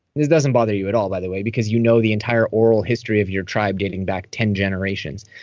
this doesn't bother you at all, by the way, because you know the entire oral history of your tribe dating back ten generations.